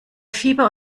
fieber